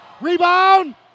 rebound